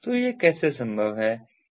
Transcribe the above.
तो यह कैसे संभव है